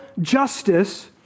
justice